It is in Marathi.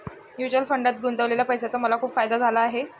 म्युच्युअल फंडात गुंतवलेल्या पैशाचा मला खूप फायदा झाला आहे